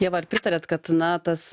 ieva ar pritariat kad na tas